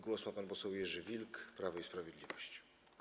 Głos ma pan poseł Jerzy Wilk, Prawo i Sprawiedliwość.